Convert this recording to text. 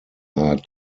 are